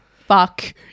Fuck